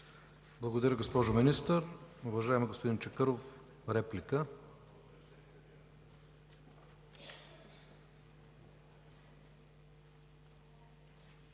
Благодаря, госпожо Министър. Уважаеми господин Чакъров – реплика.